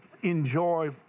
enjoy